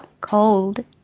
cold